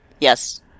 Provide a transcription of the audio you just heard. Yes